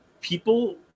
people